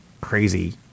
crazy